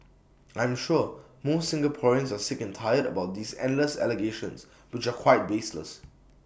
I am sure most Singaporeans are sick and tired about these endless allegations which are quite baseless